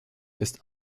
ist